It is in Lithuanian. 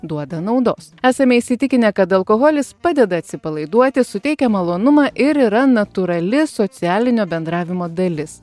duoda naudos esame įsitikinę kad alkoholis padeda atsipalaiduoti suteikia malonumą ir yra natūrali socialinio bendravimo dalis